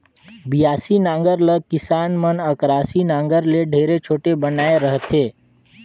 बियासी नांगर ल किसान मन अकरासी नागर ले ढेरे छोटे बनाए रहथे